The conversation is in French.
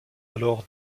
alors